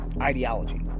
Ideology